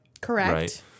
Correct